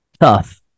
tough